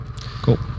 Cool